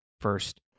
first